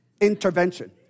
Intervention